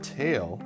tail